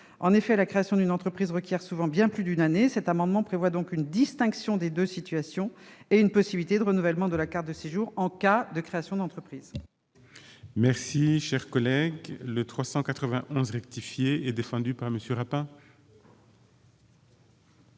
En effet, la création d'une entreprise requiert souvent bien plus d'une année. Cet amendement vise donc à prévoir une distinction des deux situations et une possibilité de renouvellement de la carte de séjour en cas de création d'entreprise. L'amendement n° 391 rectifié, présenté par MM.